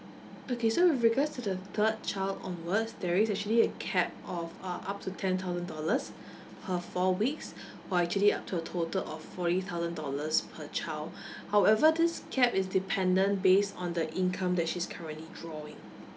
okay so with regards to the third child onwards there is actually a cap of uh up to ten thousand dollars per four weeks or actually up to a total of forty thousand dollars per child however this cap is dependent based on the income that she's currently drawing